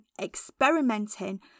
experimenting